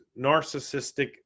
narcissistic